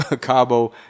Cabo